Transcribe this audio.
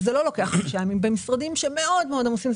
זה לא לוקח חמישה ימים ברוב המקרים במשרדים שמאוד מאוד עמוסים.